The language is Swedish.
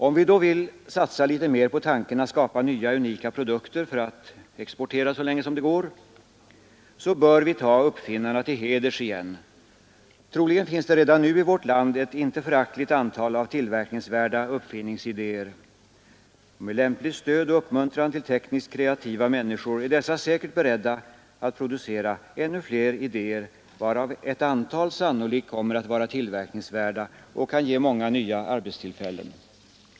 Om vi då vill satsa litet mer på tanken att skapa nya, unika produkter för att exportera så länge som det går, bör vi ta uppfinnarna till heders igen. Troligen finns redan nu i vårt land ett inte föraktligt antal tillverkningsvärda uppfinningsidéer. Med lämpligt stöd och uppmuntran till tekniskt kreativa människor är de säkert beredda att producera ännu fler idéer, varav ett antal sannolikt kommer att vara tillverkningsvärda och kan ge många nya arbetstillfällen.